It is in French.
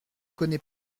connaît